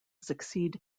succeed